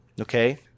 okay